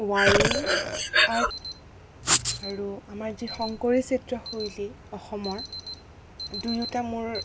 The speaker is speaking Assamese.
ৱাৰ্লি আৰ্ট আৰু আমাৰ যি শংকৰী চিত্ৰশৈলী অসমৰ দুয়োটা মোৰ